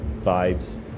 vibes